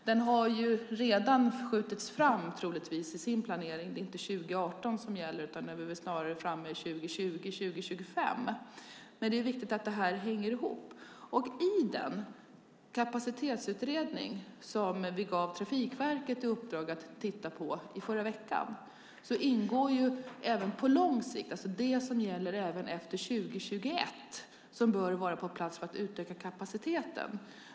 Den har troligtvis redan skjutits fram i planeringen. Det är inte längre 2018 som gäller, utan nu är vi snarare framme vid 2020-2025. Det är viktigt att det hänger ihop. I den kapacitetsutredning som vi i förra veckan gav Trafikverket i uppdrag att titta på ingår att på lång sikt även se på detta, alltså det som gäller efter 2021 och bör vara på plats för att kunna utöka kapaciteten.